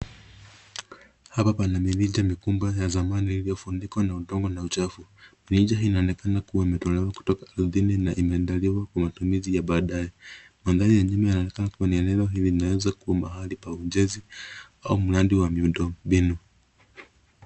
Hapa pana mivinje mikubwa ya zamani iliyofunikwa na udongo na uchafu. Mivinje hii inaonekana kuwa imetolewa kutoka ardhini na ina andaliwa kwa matumizi ya baadaye. Mandhari ya nyuma inaonekana kuwa eneo hili linaweza kuwa mahali pa ujenzi au mradi wa miundo mbinu.